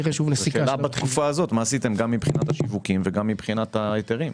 מה עשיתם בתקופה הזאת מבחינת השיווקים ומבחינת ההיתרים?